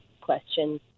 question